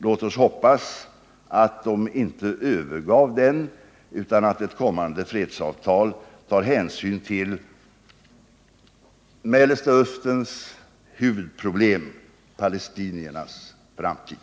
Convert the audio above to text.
Låt oss hoppas att de inte övergav den utan att ett kommande fredsavtal tar hänsyn till Mellersta Österns huvudproblem — palestiniernas framtid.